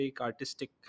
artistic